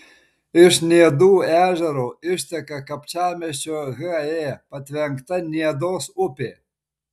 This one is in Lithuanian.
iš niedų ežero išteka kapčiamiesčio he patvenkta niedos upė